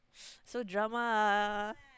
so drama